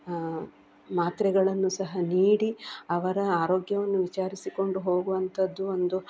ಮಾತ್ರೆಗಳನ್ನು ಸಹ ನೀಡಿ ಅವರ ಆರೋಗ್ಯವನ್ನು ವಿಚಾರಿಸಿಕೊಂಡು ಹೋಗುವಂಥದ್ದು ಒಂದು